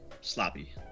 sloppy